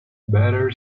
better